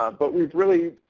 um but we've really,